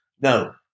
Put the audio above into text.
No